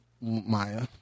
Maya